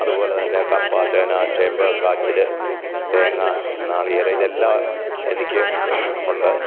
അത്പോലെ തന്നെ കപ്പ ചേന ചേമ്പ് കാച്ചിൽ തേങ്ങ നാളികേരം ഇതെല്ലാം എനിക്ക് ഉണ്ട്